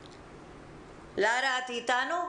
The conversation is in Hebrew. לרה, את אתנו?